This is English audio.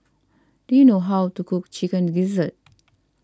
do you know how to cook Chicken Gizzard